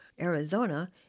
Arizona